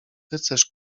rycerz